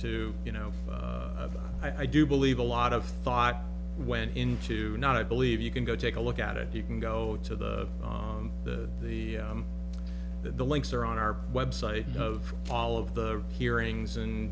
to you know i do believe a lot of thought went into not i believe you can go take a look at it you can go to the the the the links are on our website of all of the hearings and